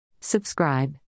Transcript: Subscribe